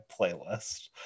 playlist